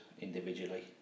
individually